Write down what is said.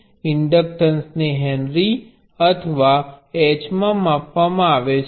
તેથી ઇન્ડક્ટન્સને હેનરી અથવા H માં માપવામાં આવે છે